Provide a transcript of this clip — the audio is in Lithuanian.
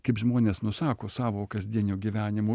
kaip žmonės nusako savo kasdienio gyvenimo